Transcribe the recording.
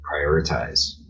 prioritize